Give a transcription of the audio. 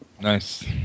Nice